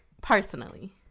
personally